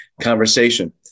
conversation